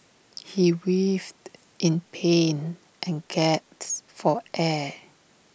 he writhed in pain and gasped for air